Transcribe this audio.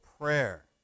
prayer